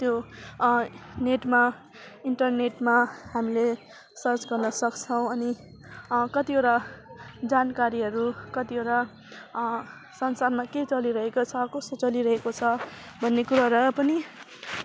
त्यो नेटमा इन्टरनेटमा हामीले सर्च गर्न सक्छौँ अनि कतिवटा जानकारीहरू कतिवटा संसारमा के चलिरहेको छ कस्तो चलिरहेको छ भन्ने कुराहरू पनि